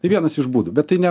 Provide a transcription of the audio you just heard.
tai vienas iš būdų bet tai ne